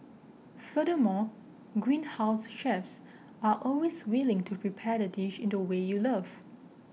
furthermore Greenhouse's chefs are always willing to prepare the dish in the way you love